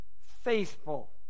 faithful